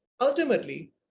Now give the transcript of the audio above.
ultimately